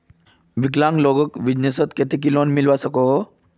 विकलांग लोगोक बिजनेसर केते की लोन मिलवा सकोहो?